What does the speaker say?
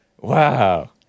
Wow